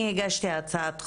אני הגשתי הצעת חוק,